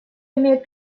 имеет